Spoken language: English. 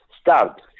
start